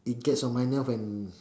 it gets on my nerves when